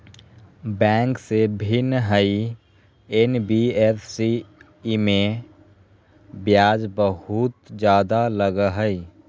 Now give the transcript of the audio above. Bank से भिन्न हई एन.बी.एफ.सी इमे ब्याज बहुत ज्यादा लगहई?